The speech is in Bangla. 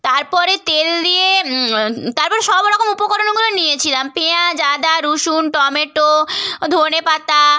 তারপরে তেল দিয়ে তারপরে সব রকম উপকরণগুলো নিয়েছিলাম পেঁয়াজ আদা রসুন টমেটো ধনেপাতা